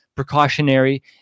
Precautionary